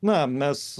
na mes